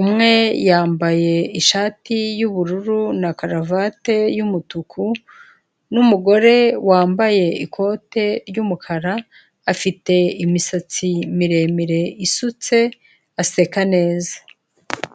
umwe yambaye ishati y'ubururu na karavate y'umutuku n'umugore wambaye ikote ry'umukara, afite imisatsi miremire isutse aseka neza.